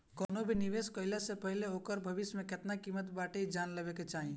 कवनो भी निवेश के कईला से पहिले ओकर भविष्य में केतना किमत बाटे इ जान लेवे के चाही